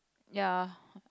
ya